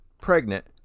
pregnant